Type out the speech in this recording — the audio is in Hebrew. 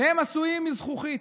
שניהם עשויים מזכוכית,